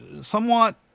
somewhat